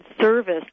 service